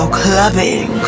clubbing